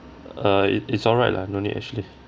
uh it it's all right lah no need actually